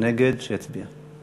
מי שנגד, שיצביע.